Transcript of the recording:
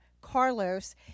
Carlos